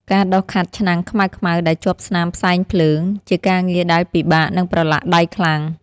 ការដុសខាត់ឆ្នាំងខ្មៅៗដែលជាប់ស្នាមផ្សែងភ្លើង ជាការងារដែលពិបាក និងប្រឡាក់ដៃខ្លាំង។